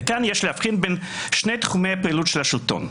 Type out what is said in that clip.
וכאן יש להבחין בין שני תחומי הפעילות של השלטון.